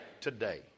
today